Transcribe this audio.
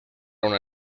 una